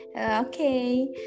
Okay